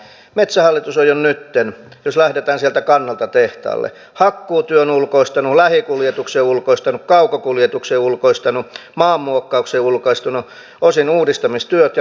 metsähallitus on jo nytten jos lähdetään sieltä kannolta tehtaalle hakkuutyön ulkoistanut lähikuljetuksen ulkoistanut kaukokuljetuksen ulkoistanut maanmuokkauksen ulkoistanut osin uudistamistyöt ja taimikon hoidon